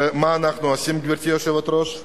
ומה אנחנו עושים, גברתי היושבת-ראש?